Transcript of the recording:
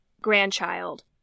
grandchild